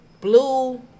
blue